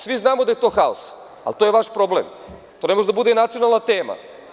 Svi znamo da je to haos, ali to je vaš problem, to ne može da bude i nacionalna tema.